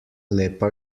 lepa